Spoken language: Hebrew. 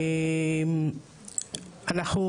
אנחנו